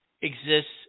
exists